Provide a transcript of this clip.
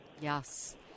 Yes